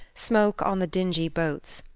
smoke on the dingy boats,